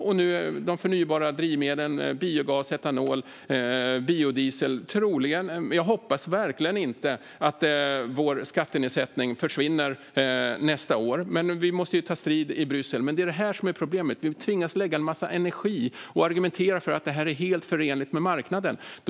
Vad gäller de förnybara drivmedlen - biogas, etanol och biodiesel - hoppas jag verkligen inte att vår skattenedsättning försvinner nästa år. Vi måste ta strid i Bryssel. Det är det här som är problemet. Vi tvingas lägga en massa energi på att argumentera för att detta är helt förenligt med marknaden.